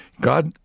God